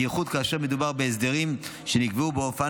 בייחוד כאשר מדובר בהסדרים שנקבעו באופן